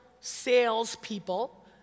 salespeople